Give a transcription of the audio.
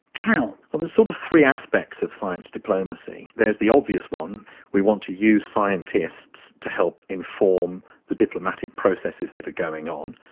how? well, there are sort of three aspects of science diplomacy. there is the obvious one we want to use scientists to help inform the diplomatic processes that are going on,